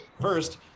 first